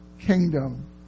kingdom